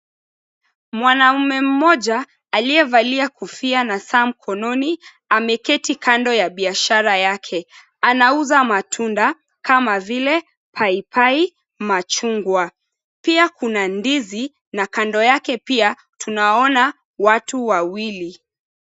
Mwanaume mmoja aliyevalia kofia na saa mkononi ameketi kando ya biashara yake. Anauza matunda kama vile paipai, machungwa. Pia kuna ndizi na kando yake pia tunaona watu wawili.